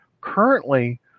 Currently